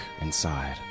inside